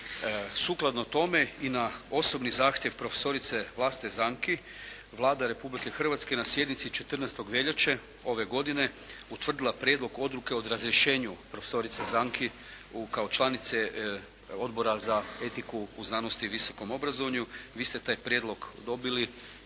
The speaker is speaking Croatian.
Sukladno tome i na osobni zahtjev profesorice Vlaste Zanki Vlada Republike Hrvatske na sjednici 14. veljače ove godine utvrdila prijedlog odluke o razrješenju profesorice Zanki kao članice Odbora za etiku u znanosti i visokom obrazovanju. Vi ste taj prijedlog dobili